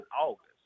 August